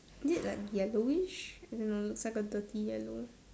is it like yellowish I don't know looks like a dirty yellow